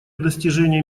достижения